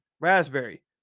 raspberry